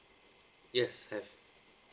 yes have